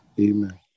Amen